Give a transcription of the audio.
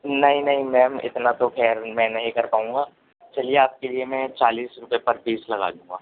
نہیں نہیں میم اتنا تو خیر میں نہیں کر پاؤں گا چلیے آپ کے لیے میں چالیس روپے پر پیس لگا دوں گا